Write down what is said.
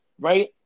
right